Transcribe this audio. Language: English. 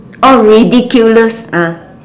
oh ridiculous ah